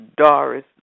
Doris